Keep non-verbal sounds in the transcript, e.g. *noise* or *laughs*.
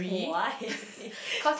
why *laughs*